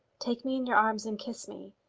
take me in your arms and kiss me.